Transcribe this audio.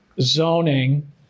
zoning